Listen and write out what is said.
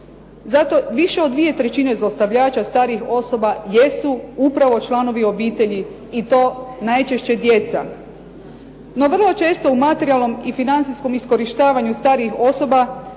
Zato više od dvije trećine zlostavljača starijih osoba jesu upravo članovi obitelji i to najčešće djeca. No vrlo često u materijalnom i financijskom iskorištavanju starijih osoba